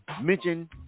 mention